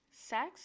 Sex